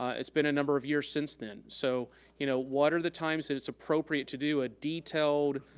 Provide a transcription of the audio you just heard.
it's been a number of years since then. so you know what are the times that it's appropriate to do a detailed,